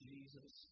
Jesus